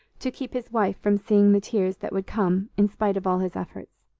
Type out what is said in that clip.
to keep his wife from seeing the tears that would come in spite of all his efforts.